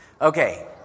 Okay